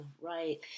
Right